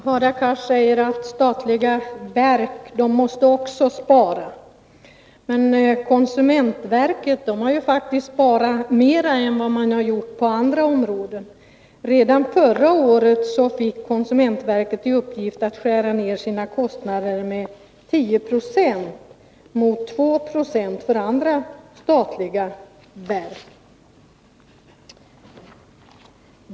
Herr talman! Hadar Cars säger att statliga verk också måste spara. Men konsumentverket har ju faktiskt sparat mer än vad man gjort på andra områden. Redan förra året fick konsumentverket i uppgift att skära ner sina kostnader med 10 26 mot 2 90 inom andra statliga verk.